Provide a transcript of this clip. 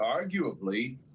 arguably